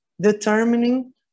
determining